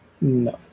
No